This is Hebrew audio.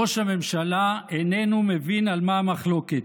ראש הממשלה איננו מבין על מה המחלוקת,